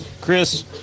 Chris